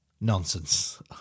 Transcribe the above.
nonsense